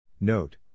Note